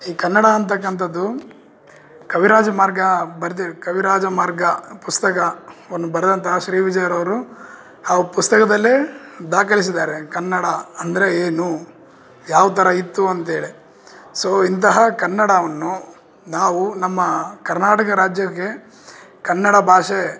ಈ ಕನ್ನಡ ಅಂತಕಂಥದ್ದು ಕವಿರಾಜಮಾರ್ಗ ಬರೆದು ಕವಿರಾಜಮಾರ್ಗ ಪುಸ್ತಕವನ್ನು ಬರೆದಂತಹ ಶ್ರೀವಿಜಯರವರು ಅವು ಪುಸ್ತಕದಲ್ಲೇ ದಾಖಲಿಸಿದಾರೆ ಕನ್ನಡ ಅಂದರೆ ಏನು ಯಾವ್ತರ ಇತ್ತು ಅಂತೇಳಿ ಸೊ ಇಂತಹ ಕನ್ನಡವನ್ನು ನಾವು ನಮ್ಮ ಕರ್ನಾಟಕ ರಾಜ್ಯಕ್ಕೆ ಕನ್ನಡ ಭಾಷೆ